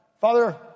Father